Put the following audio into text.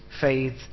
faith